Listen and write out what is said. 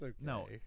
No